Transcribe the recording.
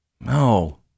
No